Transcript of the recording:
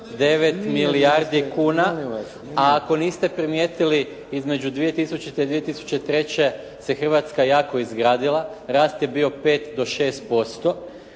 9 milijardi kuna. A ako niste primijetili između 2000. i 2003. se Hrvatska jako izgradila. Rast je bio 5 do 6%, a što